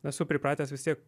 esu pripratęs vis tiek